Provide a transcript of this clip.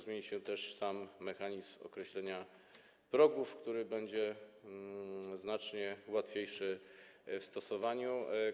Zmieni się też sam mechanizm określenia progów, który będzie znacznie łatwiejszy w stosowaniu.